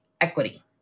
equity